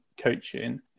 coaching